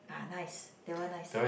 uh nice that one nice